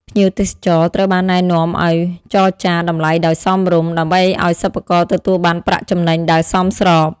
ភ្ញៀវទេសចរត្រូវបានណែនាំឱ្យចរចារ តម្លៃដោយសមរម្យ ដើម្បីឱ្យសិប្បករទទួលបានប្រាក់ចំណេញដែលសមស្រប។